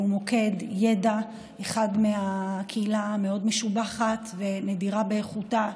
זהו מוקד ידע אחד של קהילה מאוד משובחת ונדירה באיכותה.